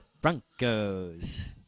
Broncos